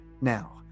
now